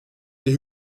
die